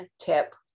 tip